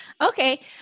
Okay